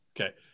okay